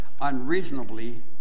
unreasonably